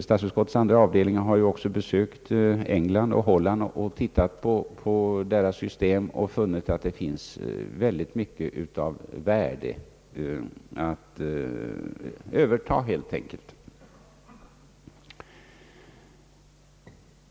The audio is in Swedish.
Statsutskottets andra avdelning har också besökt England och Holland och studerat systemen i dessa länder, varvid man funnit att det där finns synnerligen mycket av värde att överta.